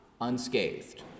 unscathed